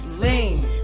lean